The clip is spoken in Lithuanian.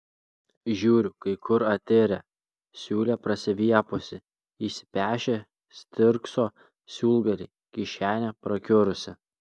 žiūriu kai kur atirę siūlė prasiviepusi išsipešę stirkso siūlgaliai kišenė prakiurusi